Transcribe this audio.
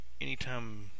anytime